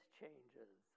changes